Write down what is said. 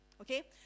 Okay